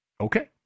Okay